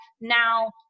now